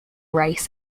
race